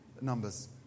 numbers